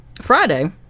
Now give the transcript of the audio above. Friday